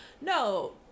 no